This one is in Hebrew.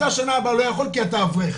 אתה שנה הבאה לא יכול כי אתה אברך.